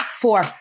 Four